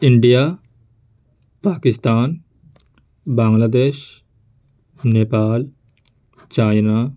India Pakistan Bangladesh Nepal China